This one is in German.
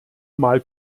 mal